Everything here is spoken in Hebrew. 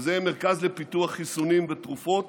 וזה יהיה מרכז לפיתוח חיסונים ותרופות